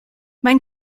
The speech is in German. mein